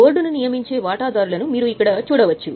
బోర్డును నియమించే వాటాదారులను మీరు ఇక్కడ చూడవచ్చు